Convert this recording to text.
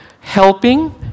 helping